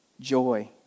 joy